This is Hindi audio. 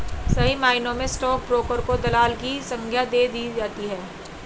सही मायनों में स्टाक ब्रोकर को दलाल की संग्या दे दी जाती है